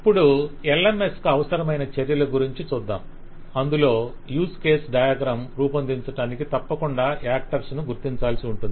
ఇప్పుడు LMSకు అవసరమైన చర్యల గురించి చూద్దాం అందులో యూస్ కేసు డయాగ్రం రూపొందించటానికి తప్పకుండా యాక్టర్స్ ను గుర్తించాల్సి ఉంటుంది